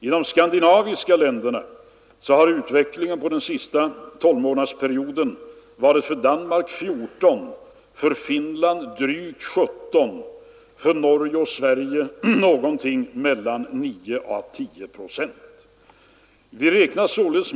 I de skandinaviska länderna har ökningen på den senaste tolvmånadersperioden varit för Danmark 14, för Finland drygt 17, för Norge och Sverige någonting mellan 9 och 10 procent.